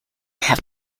have